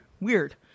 weird